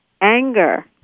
anger